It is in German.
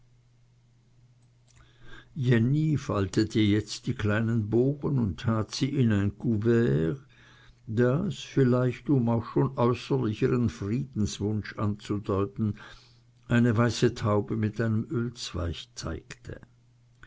jenny faltete jetzt die kleinen bogen und tat sie in ein couvert das vielleicht um auch schon äußerlich ihren friedenswunsch anzudeuten eine weiße taube mit einem ölzweig zeigte